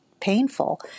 painful